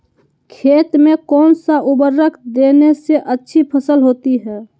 खेत में कौन सा उर्वरक देने से अच्छी फसल होती है?